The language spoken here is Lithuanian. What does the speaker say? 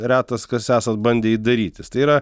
retas kas esat bandę jį darytis tai yra